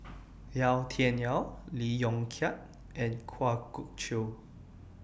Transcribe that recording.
Yau Tian Yau Lee Yong Kiat and Kwa Geok Choo